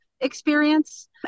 experience